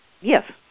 Yes